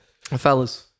Fellas